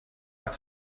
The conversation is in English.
are